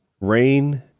rain